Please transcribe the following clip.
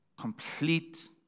complete